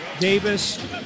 Davis